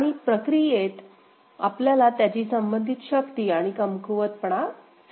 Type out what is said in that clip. आणि प्रक्रियेत आपल्याला त्यांची संबंधित शक्ती आणि कमकुवतपणा समजले